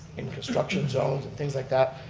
in construction zones and things like that,